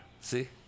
See